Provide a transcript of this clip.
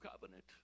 covenant